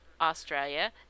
Australia